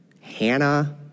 Hannah